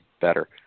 better